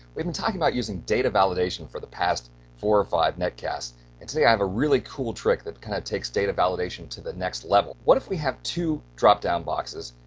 we've been talking about using data validation for the past four or five netcasts, and today i have a really cool trick that kind of takes data validation to the next level. what if we have two drop-down boxes,